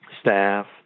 staff